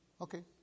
Okay